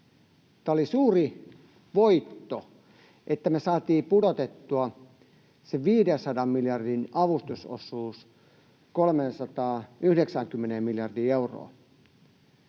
tämä oli suuri voitto, että me saatiin pudotettua se 500 miljardin avustusosuus 390 miljardiin euroon.